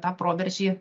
tą proveržį